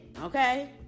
okay